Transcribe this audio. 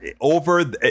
over